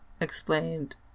explained